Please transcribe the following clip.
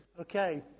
okay